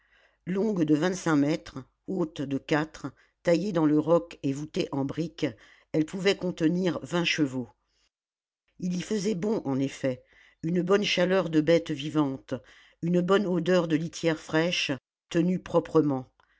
longue de vingt-cinq mètres haute de quatre taillée dans le roc et voûtée en briques elle pouvait contenir vingt chevaux il y faisait bon en effet une bonne chaleur de bêtes vivantes une bonne odeur de litière fraîche tenue proprement